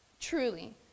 Truly